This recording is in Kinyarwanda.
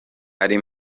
ari